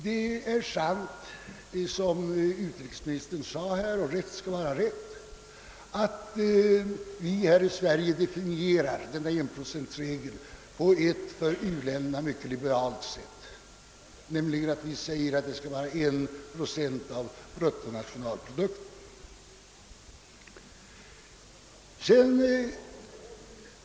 Det är sant som utrikesministern sade — rätt skall vara rätt — att vi här i Sverige definierar enprocentregeln på ett för u-länderna mycket liberalt sätt, när vi säger att u-hjälpen skall uppgå till 1 procent av bruttonationalprodukten.